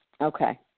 Okay